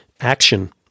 action